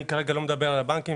אני כרגע לא מדבר על הבנקים